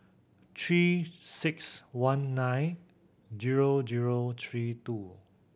Three Six One nine zero zero three two